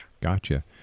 Gotcha